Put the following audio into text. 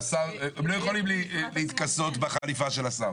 הם לא יכולים להתכסות בחליפה של השר.